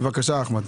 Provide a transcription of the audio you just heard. בבקשה אחמד.